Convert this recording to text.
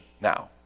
now